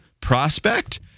prospect